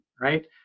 right